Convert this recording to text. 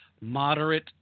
moderate